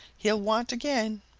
he'll want again!